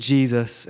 Jesus